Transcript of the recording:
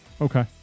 okay